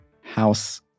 house